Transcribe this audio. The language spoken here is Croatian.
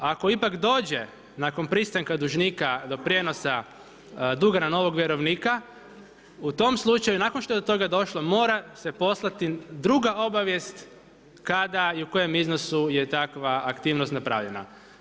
Ako ipak dođe nakon pristanka dužnika do prijenosa duga na novog vjerovnika u tom slučaju nakon što je do toga došlo mora se poslati druga obavijest kada i u kojem iznosu je takva aktivnost napravljena.